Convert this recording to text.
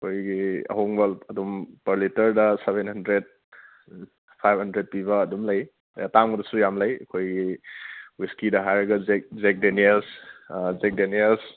ꯑꯩꯈꯣꯏꯒꯤ ꯑꯍꯣꯡꯕ ꯑꯗꯨꯝ ꯄꯔ ꯂꯤꯇꯔꯗ ꯁꯕꯦꯟ ꯍꯟꯗ꯭ꯔꯦꯗ ꯐꯥꯏꯕ ꯍꯟꯗ꯭ꯔꯦꯗ ꯄꯤꯕ ꯑꯗꯨꯝ ꯂꯩ ꯑꯇꯥꯡꯕꯗꯁꯨ ꯌꯥꯝ ꯂꯩ ꯑꯩꯈꯣꯏꯒꯤ ꯋꯤꯁꯀꯤꯗ ꯍꯥꯏꯔꯒ ꯖꯦꯛ ꯗꯦꯅꯤꯌꯦꯜꯁ ꯑꯥ ꯖꯦꯛ ꯗꯦꯅꯤꯌꯦꯜꯁ